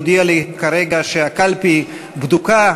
הודיע לי כרגע שהקלפי בדוקה,